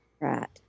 Right